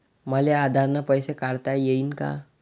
मले आधार न पैसे काढता येईन का?